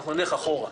אנחנו נלך אחורה.